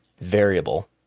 variable